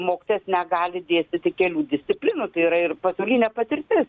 mokytojas negali dėstyti kelių disciplinų tai yra ir pasaulinė patirtis